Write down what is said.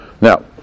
Now